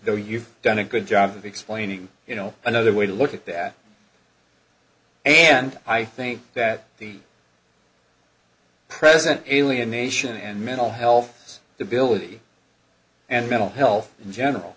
though you've done a good job of explaining you know another way to look at that and i think that the president alienation and mental health is the ability and mental health in general